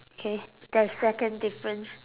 K that's second difference